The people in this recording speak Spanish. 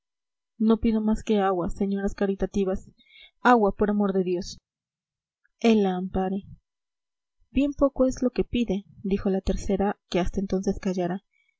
no pido más que agua señoras caritativas agua por amor de dios él la ampare bien poco es lo que pide dijo la tercera que hasta entonces callara